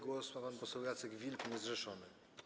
Głos ma pan poseł Jacek Wilk, niezrzeszony.